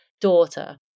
daughter